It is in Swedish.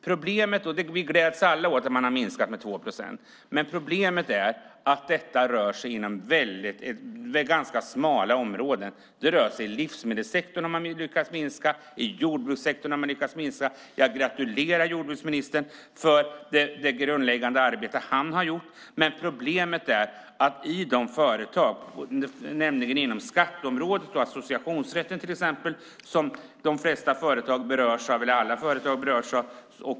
Vi gläds alla åt att man har minskat detta med 2 procent. Problemet är att det rör sig om ganska smala områden. I livsmedelssektorn har man lyckats minska det här. I jordbrukssektorn har man lyckats minska det här. Jag gratulerar jordbruksministern till det grundläggande arbete som han har gjort. Men problemet är att regelbördan ökar med just 2 procent när det gäller skatteområdet och associationsrätten, till exempel, som alla företag berörs av.